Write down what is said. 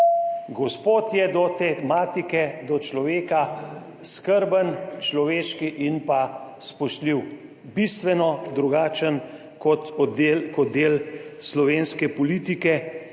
Gospod je do tematike, do človeka skrben, človeški in pa spoštljiv - bistveno drugačen kot del, kot del slovenske politike,